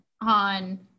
on